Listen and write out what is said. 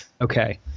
okay